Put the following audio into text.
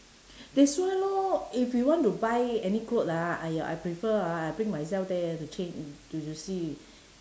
that's why lor if you want to buy any clothes lah !aiya! I prefer ah I bring myself there to change in to to see